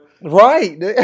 Right